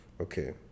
Okay